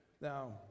Now